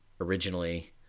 originally